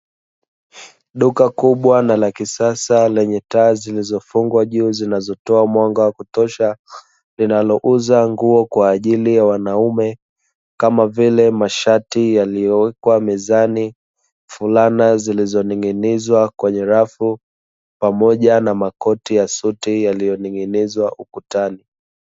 Duka kubwa na la kisasa lenye taa zilizofungwa juu zinazotoa mwanga wa kutosha, linalouza nguo kwa ajili ya wanaume, kama vile mashati yaliyowekwa mezani, fulana zilizoning'inizwa kwenye rafu, pamoja na makoti ya suti yaliyoning'inizwa ukutani.